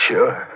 Sure